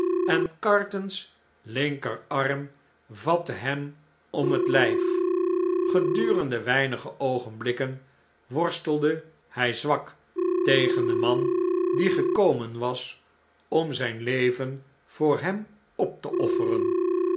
en carton's linkerarm vatte hem om het ljjf gedurende weinige oogenblikken worstelde hjj zwak tegen den man die gekomen was om zn n leven voor hem op te ofieren